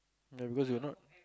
ya because you're not